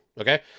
Okay